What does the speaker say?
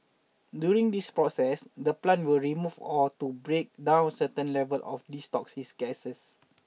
during this process the plants will remove or to break down certain levels of these toxic gases